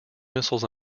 missiles